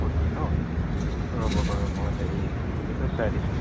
forty ন ৰ'ব বাৰু মই হেৰি কি বুলি কয় চাই দিছোঁ